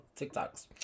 TikToks